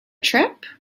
trip